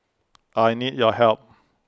I need your help